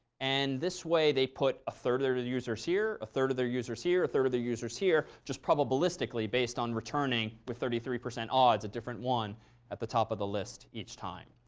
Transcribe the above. and this way, they put a third of their users here, a third of their users here, a third of the users here. just probabilistically, based on returning with thirty three percent odds a different one at the top of the list each time.